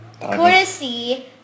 courtesy